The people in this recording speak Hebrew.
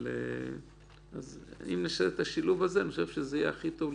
אם נשאיר את השילוב הזה, זה יהיה הכי טוב לכולם.